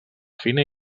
fina